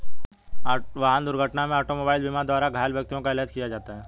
वाहन दुर्घटना में ऑटोमोबाइल बीमा द्वारा घायल व्यक्तियों का इलाज किया जाता है